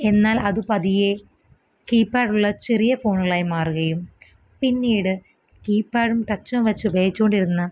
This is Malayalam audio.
എന്നാൽ അത് പതിയെ കീപ്പാടുള്ള ചെറിയ ഫോണുകളായി മാറുകയും പിന്നീട് കീപ്പാടും ടച്ചും വെച്ചുപയോഗിച്ചോണ്ടിരുന്ന